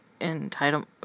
entitlement